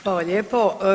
Hvala lijepo.